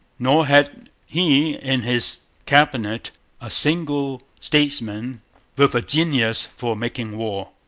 nor had he in his cabinet a single statesman with a genius for making war.